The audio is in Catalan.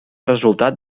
resultat